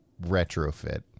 retrofit